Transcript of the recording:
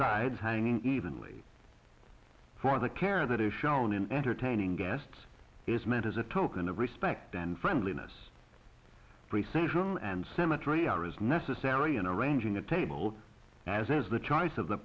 sides hanging evenly for the care that is shown in entertaining guests is meant as a token of respect and friendliness precision and symmetry are as necessary in arranging a table as is the choice of the